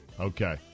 Okay